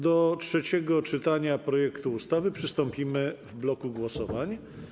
Do trzeciego czytania projektu ustawy przystąpimy w bloku głosowań.